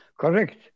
Correct